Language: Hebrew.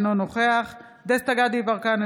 אינו נוכח דסטה גדי יברקן,